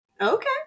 Okay